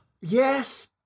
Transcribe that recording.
Yes